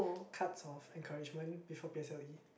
cards of encouragement before P_S_L_E